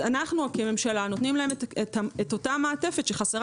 אנחנו כממשלה נותנים להם את המעטפת שחסרה